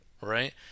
Right